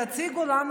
תציגו לנו,